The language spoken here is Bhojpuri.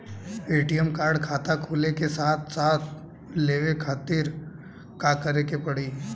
ए.टी.एम कार्ड खाता खुले के साथे साथ लेवे खातिर का करे के पड़ी?